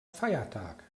feiertag